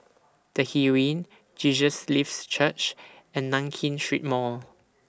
The Heeren Jesus Lives Church and Nankin Street Mall